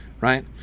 Right